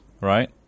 right